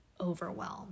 overwhelm